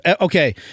Okay